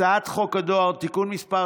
הצעת חוק הדואר (תיקון מס'